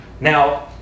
Now